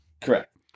Correct